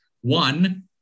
one